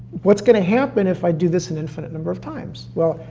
what's gonna happen if i do this an infinite number of times? well,